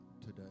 today